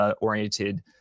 oriented